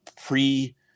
pre –